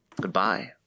Goodbye